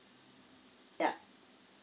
yup